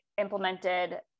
implemented